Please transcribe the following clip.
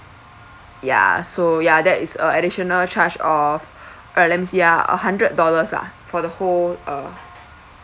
ya so ya that is a additional charge of uh let me see ah a hundred dollars lah for the whole uh